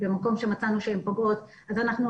אז היא